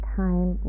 time